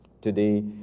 Today